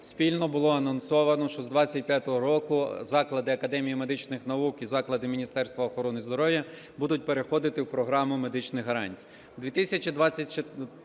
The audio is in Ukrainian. спільно було анонсовано, що з 2025 року заклади Академії медичних наук і заклади Міністерства охорони здоров'я будуть переходити у програму медичних гарантій.